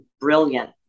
brilliant